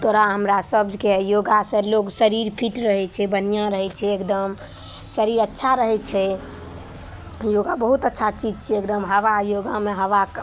तोहरा हमरा सभकेँ योगासे लोक शरीर फिट रहै छै बढ़िआँ रहै छै एगदम शरीर अच्छा रहै छै योगा बहुत अच्छा चीज छिए एगदम हवा योगामे हवाके